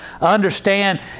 understand